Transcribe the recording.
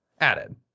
added